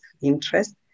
interest